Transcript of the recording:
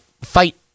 fight